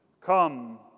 Come